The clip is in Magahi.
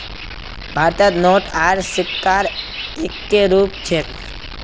भारतत नोट आर सिक्कार एक्के रूप छेक